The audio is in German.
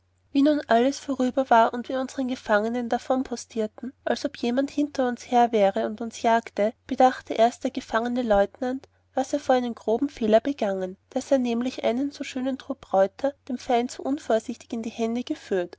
wie nun alles vorüber war und wir mit unsern gefangenen davonpostierten als ob jemand hinter uns her wäre und uns jagte bedachte erst der gefangene leutenant was er vor einen groben fehler begangen daß er nämlich einen so schönen trupp reuter dem feind so unvorsichtig in die hände geführet